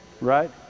Right